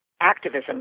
activism